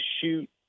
shoot